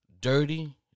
dirty